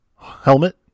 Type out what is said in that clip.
Helmet